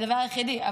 הדבר היחידי,